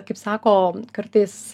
kaip sako kartais